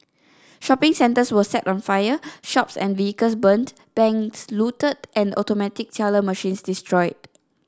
shopping centers were set on fire shops and vehicles burnt banks looted and automatic teller machines destroyed